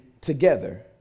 together